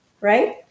right